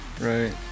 Right